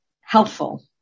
helpful